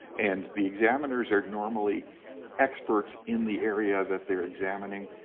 and the examiners are normally experts in the area that they're examining.